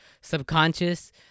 subconscious